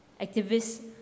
activists